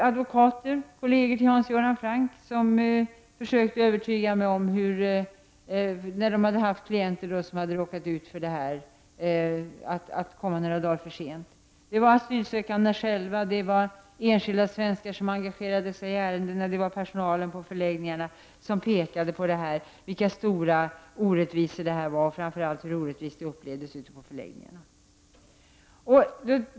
Advokater, kolleger till Hans Göran Franck, försökte övertyga mig om hur svårt det var för dem som råkade komma några dagar för sent. Asylsökande själva och enskilda svenskar engagerade sig i ärendena. Personalen vid förläggningarna pekade på de stora orättvisorna, framför allt på hur dessa upplevdes ute på förläggningarna.